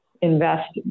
invest